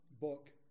book